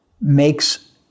makes